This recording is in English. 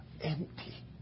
empty